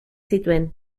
zituen